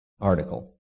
article